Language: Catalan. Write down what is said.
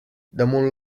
damunt